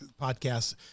podcast